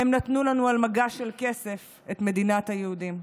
הם נתנו לנו על מגש של כסף את מדינת היהודים.